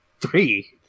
Three